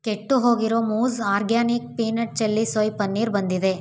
ಕೆಟ್ಟು ಹೋಗಿರೊ ಮೂಜ್ organic peanut chilli soy paneer ಬಂದಿದೆ